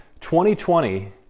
2020